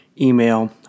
email